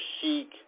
chic